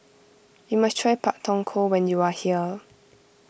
you must try Pak Thong Ko when you are here